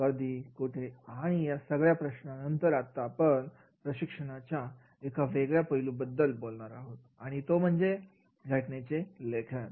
कधी कसे कुठे आणि या सगळ्या प्रश्नानंतर आता आपण प्रशिक्षणाच्या एका वेगळ्या पैलू बद्दल बोलणार आहोत आणि तो म्हणजे घटनेचे लेखन